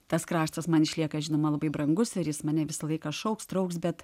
tas kraštas man išlieka žinoma labai brangus ir jis mane visą laiką šauks trauks bet